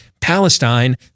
palestine